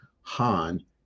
Han